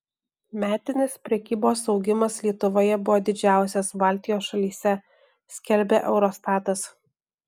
metinis prekybos augimas lietuvoje buvo didžiausias baltijos šalyse skelbia eurostatas